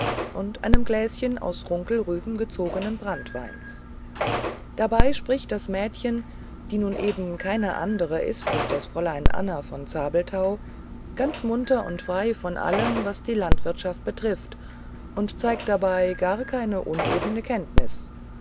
und einem gläschen aus runkelrüben gezogenen branntweins dabei spricht das mädchen die nun eben keine andre ist als das fräulein anna von zabelthau ganz munter und frei von allem was die landwirtschaft betrifft und zeigt dabei gar keine unebene kenntnisse